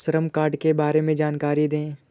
श्रम कार्ड के बारे में जानकारी दें?